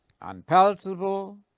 Unpalatable